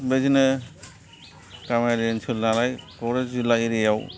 बिदिनो गामियारि ओनसोल नालाय क'क्राझार जिल्ला एरियाआव